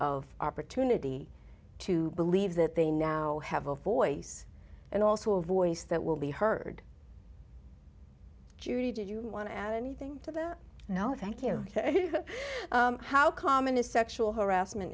of opportunity to believe that they now have a voice and also a voice that will be heard judy did you want to add anything to that now thank you how common is sexual harassment